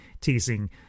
teasing